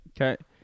Okay